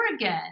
again